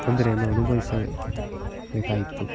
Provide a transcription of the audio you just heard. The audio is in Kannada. ತೊಂದರೆಯನ್ನು ಅನುಭವಿಸಬೇಕಾಯಿತು